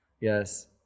Yes